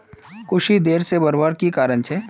कुशी देर से बढ़वार की कारण छे?